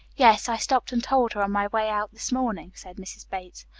yes. i stopped and told her on my way out, this morning, said mrs. bates.